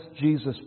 Jesus